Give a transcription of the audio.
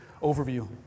overview